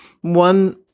One